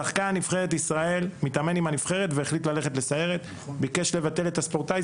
שחקן נבחרת שהחליט ללכת לסיירת וביקש לבטל את מעמד ספורטאי,